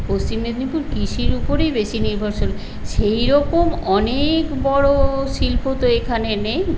পশ্চিম মেদিনীপুর কৃষির উপরেই বেশি নির্ভরশীল সেইরকম অনেক বড় শিল্প তো এখানে নেই